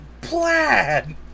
plaid